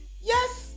Yes